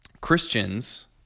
Christians